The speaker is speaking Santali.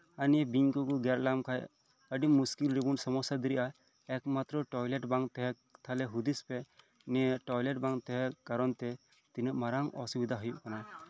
ᱟᱨ ᱱᱤᱭᱟᱹ ᱵᱤᱧ ᱠᱚᱠᱚ ᱜᱮᱨ ᱞᱮᱢ ᱠᱷᱟᱡ ᱟᱹᱰᱤ ᱢᱩᱥᱠᱤᱞ ᱨᱮᱵᱚᱱ ᱥᱚᱢᱚᱥᱥᱟ ᱫᱟᱲᱮᱭᱟᱜᱼᱟ ᱮᱠᱢᱟᱛᱨᱚ ᱴᱚᱭᱞᱮᱴ ᱵᱟᱝ ᱛᱟᱸᱦᱮᱱ ᱠᱷᱟᱡ ᱛᱟᱦᱞᱮ ᱦᱩᱫᱤᱥᱯᱮ ᱱᱤᱭᱟᱹ ᱴᱚᱭᱞᱮᱴ ᱵᱟᱝ ᱛᱟᱸᱦᱮ ᱠᱟᱨᱚᱱ ᱛᱮ ᱛᱤᱱᱟᱹᱜ ᱢᱟᱨᱟᱝ ᱚᱥᱩᱵᱤᱫᱷᱟ ᱦᱩᱭᱩᱜ ᱠᱟᱱᱟ